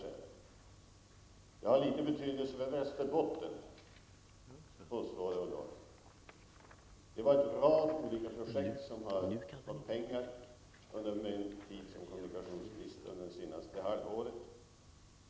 Detta har mycket liten betydelse för Västerbotten, påstår Ulla Orring. Det var en rad olika projekt som fick pengar under min tid som kommunikationsminister, i synnerhet under det senaste halvåret.